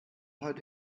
heute